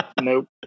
Nope